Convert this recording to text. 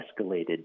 escalated